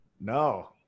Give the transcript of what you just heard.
No